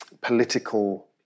political